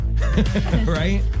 right